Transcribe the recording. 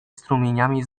strumieniami